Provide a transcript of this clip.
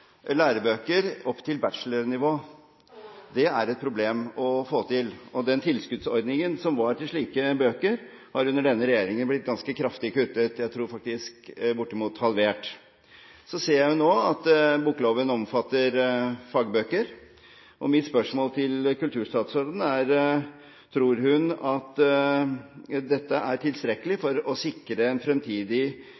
lærebøker opp til bachelornivå. Det er et problem å få til. Den tilskuddsordningen som var til slike bøker, har under denne regjeringen blitt ganske kraftig kuttet – jeg tror faktisk bortimot halvert. Så ser jeg nå at bokloven omfatter fagbøker, og mitt spørsmål til kulturstatsråden er: Tror hun at dette er tilstrekkelig